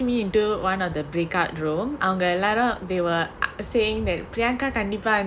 me into one of the breakout role அவங்க எல்லாரும்:avanga ellarum they were saying that priyanka gandhi